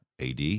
AD